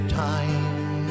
time